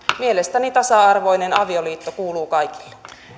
mielestäni tasa arvoinen avioliitto kuuluu kaikille